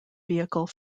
vehicle